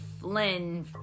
Flynn